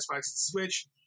switch